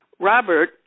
Robert